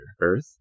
Earth